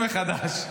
מחדש.